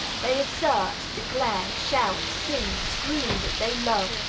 they assert, declare, shout, sing, scream that they love,